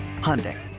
Hyundai